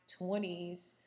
20s